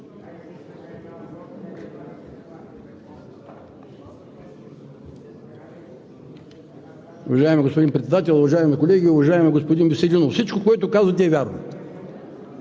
Уважаеми господин Председател, уважаеми колеги! Уважаеми господин Веселинов, всичко, което казвате, е вярно.